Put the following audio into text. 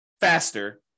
faster